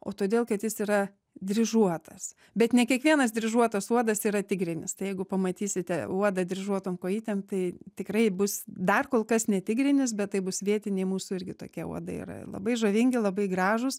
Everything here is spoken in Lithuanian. o todėl kad jis yra dryžuotas bet ne kiekvienas dryžuotas uodas yra tigrinis tai jeigu pamatysite uodą dryžuotom kojytėm tai tikrai bus dar kol kas ne tigrinis bet tai bus vietiniai mūsų irgi tokie uodai yra ir labai žavingi labai gražūs